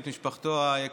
את משפחתו היקרה.